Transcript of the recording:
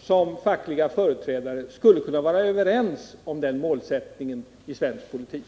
som fackliga företrädare skulle kunna vara överens om den målsättningen i svensk politik.